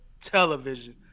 television